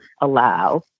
allow